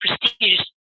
prestigious